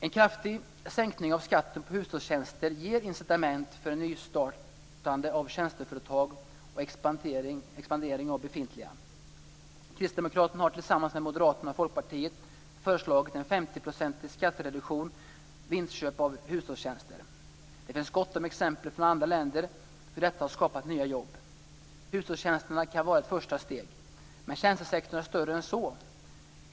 En kraftig sänkning av skatten på hushållstjänster ger incitament för nystartande av tjänsteföretag och expandering av befintliga. Kristdemokraterna har tillsammans med Moderaterna och Folkpartiet föreslagit en 50-procentig skattereduktion vid inköp av hushållstjänster. Det finns gott om exempel från andra länder på hur detta skapat nya jobb. Hushållstjänsterna kan vara ett första steg. Men tjänstesektorn är större än så.